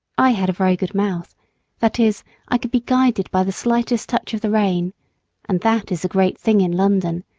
i had a very good mouth that is i could be guided by the slightest touch of the rein and that is a great thing in london,